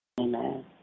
Amen